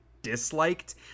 disliked